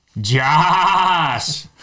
Josh